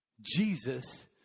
Jesus